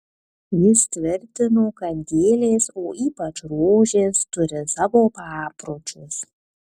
jis tvirtino kad gėlės o ypač rožės turi savo papročius